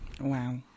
Wow